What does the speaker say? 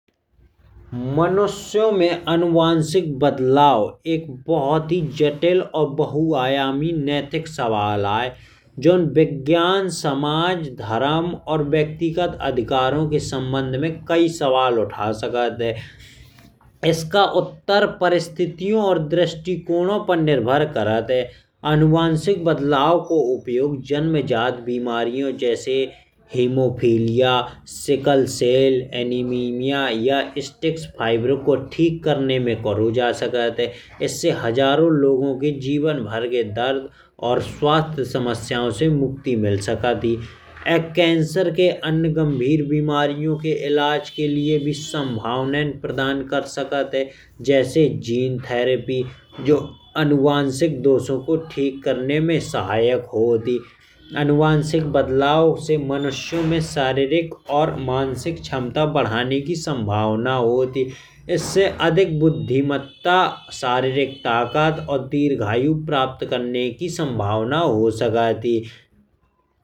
मनुष्यों में अनुवांशिक बदलाव एक बहुत ही जटिल और बहुआयामी नैतिक सवाल आए। जोन विज्ञान समाज धर्म और व्यक्तिगत अधिकारों के संबंध में कई सवाल उठा सकत है। इसका उत्तर परिस्थितियों और दृष्टिकोणों पर निर्भर करत है। अनुवांशिक बदलाव को उपयोग जन्मजात बीमारियों। जैसे हेमोफीलिया सिकल सेल एनीमिया या स्टिक फाइबर को ठीक करने में करो जा सकत है। इससे हजारों लोगों के जीवन भर के दर्द और स्वास्थ्य समस्याओं से मुक्ति मिल सकत ही। यह कैंसर के अन्य गंभीर बीमारियों के इलाज के लिए भी संभावनाएं प्रदान कर सकत है। जैसे जीन थेरपी जो अनुवांशिक दोषों को ठीक करने में सहायक होत ही। अनुवांशिक बदलाव से मनुष्यों में शारीरिक और मानसिक क्षमता बढ़ाने की संभावना होत। ही इससे अधिक बुद्धिमत्ता शारीरिकता का और दीर्घायु प्राप्त करने की संभावना हो सकत ही।